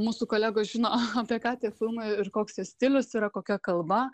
mūsų kolegos žino apie ką tie filmai ir koks jo stilius yra kokia kalba